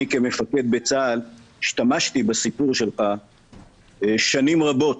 כמפקד בצה"ל השתמשתי בסיפור שלך שנים רבות